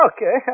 Okay